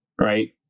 right